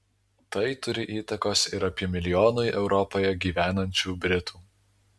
tai turi įtakos ir apie milijonui europoje gyvenančių britų